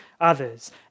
others